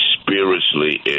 spiritually